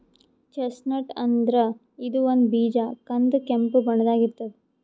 chestnut ಅಂದ್ರ ಇದು ಒಂದ್ ಬೀಜ ಕಂದ್ ಕೆಂಪ್ ಬಣ್ಣದಾಗ್ ಇರ್ತದ್